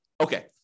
Okay